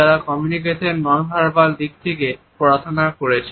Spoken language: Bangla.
যারা কমিউনিকেশনের নন ভার্বাল দিক নিয়ে পড়াশোনা করেছেন